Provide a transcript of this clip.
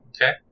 Okay